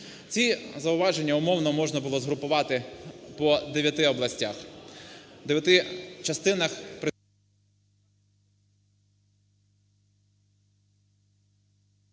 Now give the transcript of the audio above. Ці зауваження умовно можна було згрупувати по дев'яти областях,